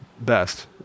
best